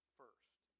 first